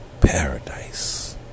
paradise